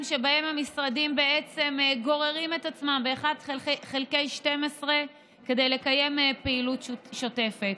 שבהן המשרדים גוררים את עצמם באחד חלקי 12 כדי לקיים פעילות שוטפת.